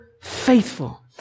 faithful